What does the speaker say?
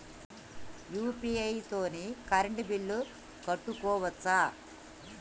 UPI తోని current bill కట్టుకోవచ్ఛా?